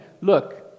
Look